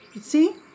See